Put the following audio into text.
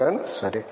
శంకరన్ సరే